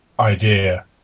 idea